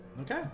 okay